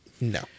no